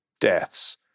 deaths